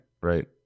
right